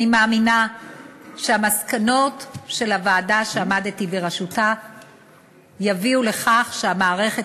אני מאמינה שהמסקנות של הוועדה שעמדתי בראשה יביאו לכך שהמערכת